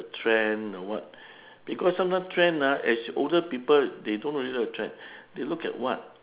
trend or what because sometime trend ah as older people they don't really look at trend they look at what